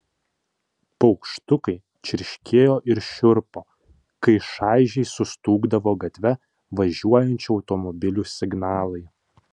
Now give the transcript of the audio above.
paukštukai čirškėjo ir šiurpo kai šaižiai sustūgdavo gatve važiuojančių automobilių signalai